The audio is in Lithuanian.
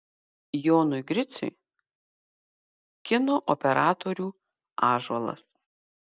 jonui griciui kino operatorių ąžuolas